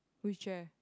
which chair